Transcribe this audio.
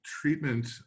treatment